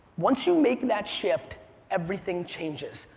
once you make that shift everything changes.